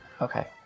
Okay